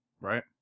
right